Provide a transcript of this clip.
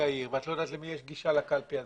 העיר ואת לא יודעת למי יש גישה לקלפי הזאת.